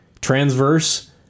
transverse